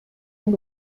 and